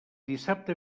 dissabte